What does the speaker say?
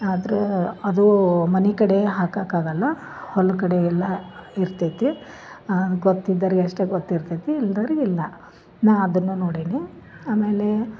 ಆದರೆ ಅದು ಮನೆ ಕಡೆ ಹಾಕಾಕ್ಕಾಗಲ್ಲ ಹೊಲ ಕಡೆ ಎಲ್ಲಾ ಇರ್ತೈತೆ ಗೊತ್ತಿದ್ದೋರಿಗೆ ಅಷ್ಟೆ ಗೊತ್ತಿರ್ತೈತಿ ಇಲ್ದೋರಿಗೆ ಇಲ್ಲ ನಾ ಅದನ್ನ ನೋಡೀನಿ ಆಮೇಲೆ